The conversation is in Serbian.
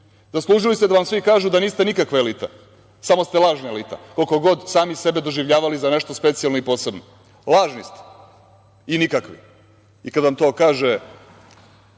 Zaslužili ste da vam svi kažu da niste nikakva elita, samo ste lažna elita, koliko god sami sebe doživljavali za nešto specijalno i posebno, lažni ste i nikakvi. I kada vam to kaže